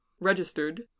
registered